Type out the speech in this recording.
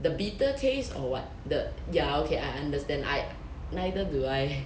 the bitter taste or what the ya okay I understand I nather do I